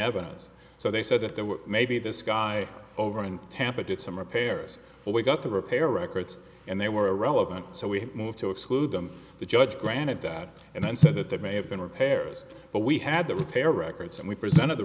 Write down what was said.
evidence so they said that there were maybe this guy over in tampa did some repairs where we got the repair records and they were irrelevant so we moved to exclude them the judge granted that and then said that there may have been repairs but we had the repair records and we presented